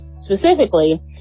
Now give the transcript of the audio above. Specifically